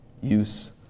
use